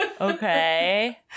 Okay